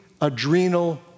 adrenal